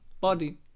Body